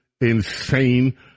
insane